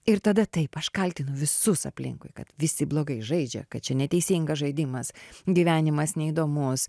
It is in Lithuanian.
ir tada taip aš kaltinu visus aplinkui kad visi blogai žaidžia kad čia neteisingas žaidimas gyvenimas neįdomus